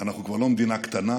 אנחנו כבר לא מדינה קטנה,